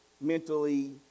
mentally